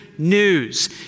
News